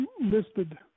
listed